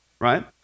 right